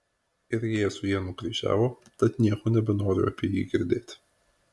ir jėzų jie nukryžiavo tad nieko nebenoriu apie jį girdėt